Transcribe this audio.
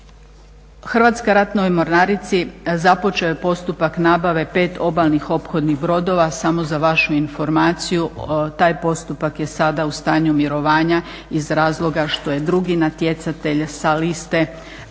Hrvatskoj ratnoj mornarici započeo je postupak nabave 5 obalnih ophodnih brodova. Samo za vašu informaciju taj postupak je sada u stanju mirovanja iz razloga što je drugi natjecatelj sa liste